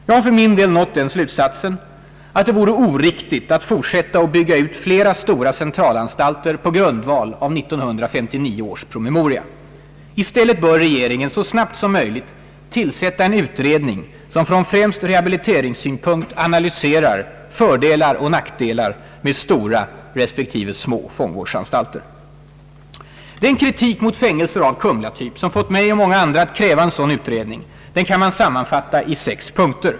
Jag har för min del nått den slutsatsen att det vore oriktigt att fortsätta att bygga ut flera stora centralanstalter på grundval av 1959 års promemoria. I stället bör regeringen så snabbt som möjligt tillsätta en utredning som från främst rehabiliteringssynpunkt analyserar fördelar och nackdelar med stora respektive små fångvårdsanstalter. Den kritik mot fängelser av Kumlatyp som fått mig och många andra att kräva en sådan utredning kan man sammanfatta i sex punkter.